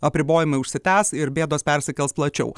apribojimai užsitęs ir bėdos persikels plačiau